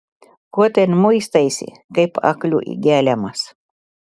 ko ten muistaisi kaip aklių geliamas